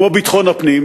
כמו ביטחון הפנים,